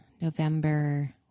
November